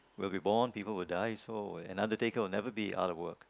when we born people will die so another day cause we will never be out of world